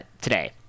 today